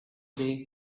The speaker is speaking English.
they